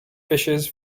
fishes